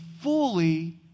fully